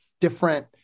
different